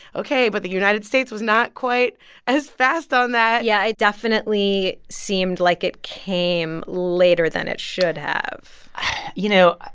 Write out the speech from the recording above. ok. but the united states was not quite as fast on that yeah, it definitely seemed like it came later than it should have you know,